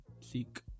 seek